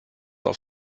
auf